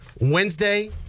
wednesday